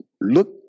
look